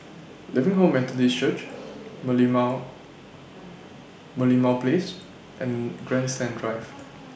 Living Hope Methodist Church Merlimau Merlimau Place and Grandstand Drive